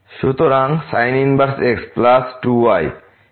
সুতরাং এখানে sin inverse x plus 2 y এবং 3 x plus 6 y